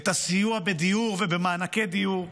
את הסיוע בדיור ובמענקי דיור,